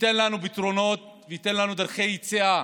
שייתן לנו פתרונות, דרכי יציאה